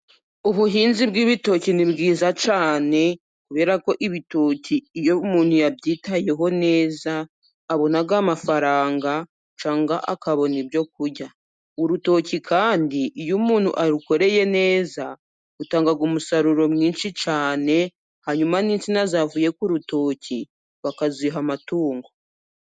Ubuhinzi bw'ibitoki ni bwiza cyane kubera ko ibitoki iyo umuntu yabyitayeho neza abona amafaranga cyangwa akabona ibyo kurya. Urutoki kandi iyo umuntu arukoreye neza rutangaga umusaruro mwinshi cyane hanyuma n'insina zavuye ku rutoki bakaziha amatungo.